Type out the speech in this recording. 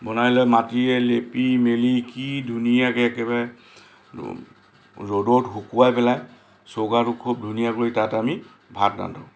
বনাই লৈ মাটিয়ে লেপি মেলি কি ধুনীয়াকৈ একেবাৰে ৰ'দত শুকুৱাই পেলাই চৌকাটো খুব ধুনীয়াকৈ তাত আমি ভাত ৰান্ধোঁ